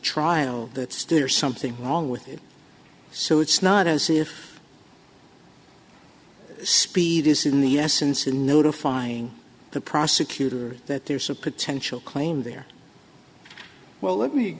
trial that steere something wrong with it so it's not as if speed is in the essence in notifying the prosecutor that there's a potential claim there well let me